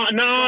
no